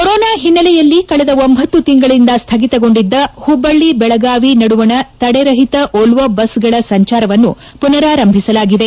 corona ಹಿನ್ನೆಲೆಯಲ್ಲಿ ಕಳೆದ ಒಂಬತ್ತು ತಿಂಗಳಿಂದ ಸ್ವಗಿತಗೊಂಡಿದ್ದ ಹುಬ್ಬಳ್ಳಿ ಬೆಳಗಾವಿ ನಡುವಣ ತಡೆರಹಿತ ವೋಲ್ಡೊ ಬಸ್ಸುಗಳ ಸಂಚಾರವನ್ನು ಪುನಾರಂಭಿಸಲಾಗಿದೆ